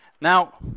Now